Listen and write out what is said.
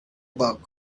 about